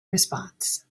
response